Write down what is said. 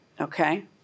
Okay